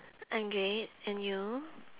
I'm great and you